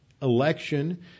election